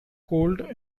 cold